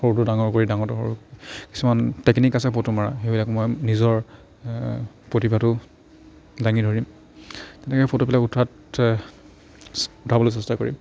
সৰুটো ডাঙৰ কৰি ডাঙৰটো সৰু কৰি কিছুমান টেকনিক আছে ফটো মাৰাৰ সেইবিলাক মই নিজৰ প্ৰতিভাটো দাঙি ধৰিম তেনেকৈ ফটোবিলাক উঠাত উঠাবলৈ চেষ্টা কৰিম